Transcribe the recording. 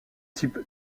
type